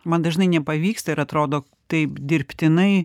man dažnai nepavyksta ir atrodo taip dirbtinai